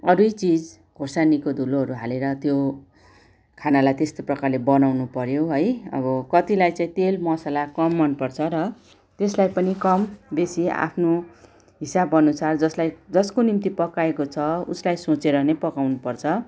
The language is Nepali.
अरू नै चिज खोर्सानीको धुलोहरू हालेर त्यो खानालाई त्यस्तो प्रकारले बनाउनु पऱ्यो है अब कतिलाई चाहिँ तेल मसाला कम मनपर्छ र त्यसलाई पनि कम बेसी आफ्नो हिसाबअनुसार जसलाई जसको निम्ति पकाएको छ उसलाई सोचेर नै पकाउनु पर्छ